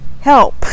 help